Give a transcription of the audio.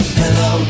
hello